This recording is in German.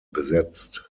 besetzt